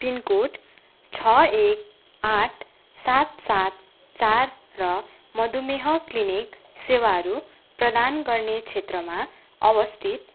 pin code छ एक आठ सात सात चार र मधुमेह क्लिनिक सेवाहरू प्रदान गर्ने क्षेत्रमा अवस्थित